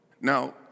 Now